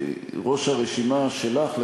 שראש הרשימה שלך לפחות,